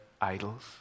idols